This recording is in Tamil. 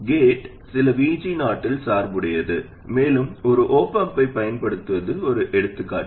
கேட் சில VG0 இல் சார்புடையது மேலும் ஒரு op amp ஐப் பயன்படுத்துவது ஒரு எடுத்துக்காட்டு